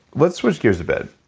let's switch gears a bit.